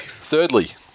Thirdly